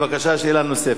בבקשה, שאלה נוספת.